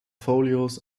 folios